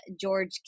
George